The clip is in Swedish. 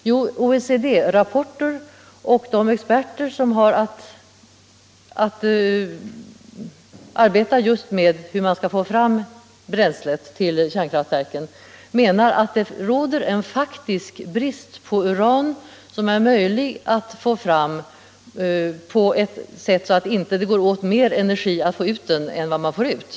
Jo, OECD-rapporter och de experter som har att arbeta med hur man skall få fram bränsle till kärnkraftsverken menar att det råder en faktisk brist på uran som är möjligt att få fram på ett sådant sätt att det inte går åt mer energi än man får ut ur det.